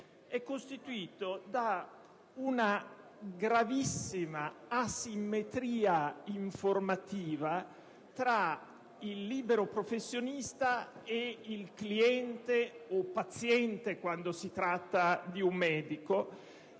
è costituito da una gravissima asimmetria informativa tra il libero professionista e il cliente (o paziente, quando si tratta di un medico)